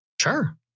Sure